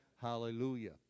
Hallelujah